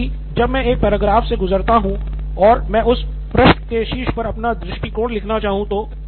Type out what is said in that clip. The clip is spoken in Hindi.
जैसे कि जब मैं एक पैराग्राफ से गुज़रता हूं और मैं उस पृष्ठ के शीर्ष पर अपना दृष्टिकोण लिखना चाहूँ तो